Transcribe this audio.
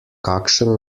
kakšen